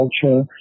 culture